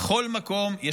בכל מקום שהיא הייתה.